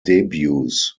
debuts